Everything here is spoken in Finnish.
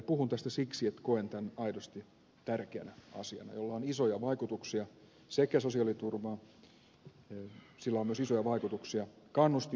puhun tästä siksi että koen tämän aidosti tärkeänä asiana jolla on isoja vaikutuksia sosiaaliturvaan sillä on myös isoja vaikutuksia kannustinkysymyksiin